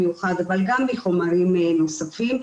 מהניסיון שלך,